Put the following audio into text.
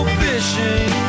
fishing